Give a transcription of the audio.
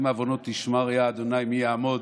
אם עונות תשמר יה, ה' מי יעמד.